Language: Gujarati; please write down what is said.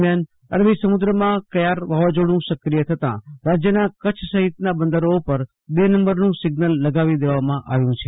દરમિયાન અરબી સમુન્દ્રમાં ક્યાંક વાવાઝોડું સક્રિય થતા રાજ્યના કરછ સફીતનાં બંદરો પર બે નંબર સિઝલ લગાવી દેવામાં આવ્યું છે